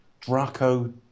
Draco